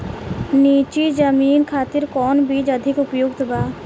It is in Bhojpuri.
नीची जमीन खातिर कौन बीज अधिक उपयुक्त बा?